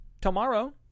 tomorrow